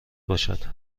باشد